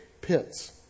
pits